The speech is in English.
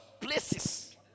places